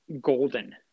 golden